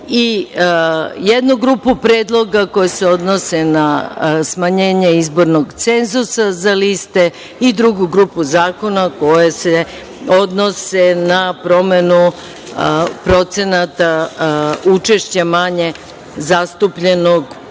jednu grupu predloga koji se odnose na smanjenje izbornog cenzusa za liste i drugu grupu zakona koji se odnose na promenu procenata učešća manje zastupljenog pola. Prvi